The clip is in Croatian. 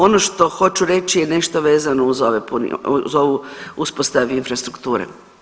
Ono što hoću reći je nešto vezano uz ove, uz ovu uspostavu infrastrukture.